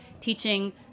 teaching